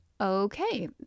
Okay